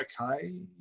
okay